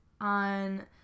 on